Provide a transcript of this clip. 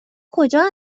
کجا